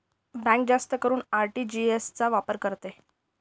bank जास्त करून RTGS चा वापर करते